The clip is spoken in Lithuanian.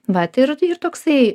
vat ir ir toksai